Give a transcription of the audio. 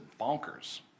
bonkers